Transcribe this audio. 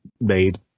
made